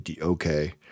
okay